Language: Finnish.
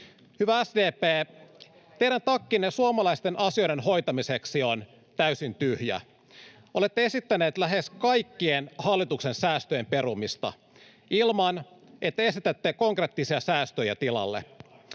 Hyvä SDP, teidän takkinne suomalaisten asioiden hoitamiseksi on täysin tyhjä. [Miapetra Kumpula-Natrin välihuuto] Olette esittäneet lähes kaikkien hallituksen säästöjen perumista, ilman että esitätte konkreettisia säästöjä tilalle.